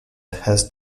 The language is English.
has